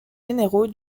généraux